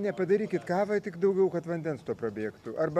ne padarykit kavą tik daugiau kad vandens prabėgtų arba